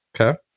Okay